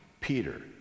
Peter